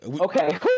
Okay